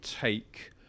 take